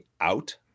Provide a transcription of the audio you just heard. out